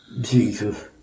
Jesus